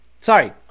Sorry